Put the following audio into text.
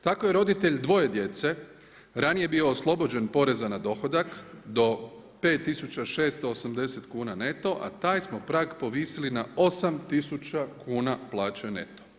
Tako je roditelj dvoje djece ranije bio oslobođen porezana dohodak do 5 680 kuna neto, a taj smo prag povisili na 8 000 kuna plaće neto.